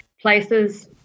places